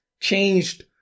changed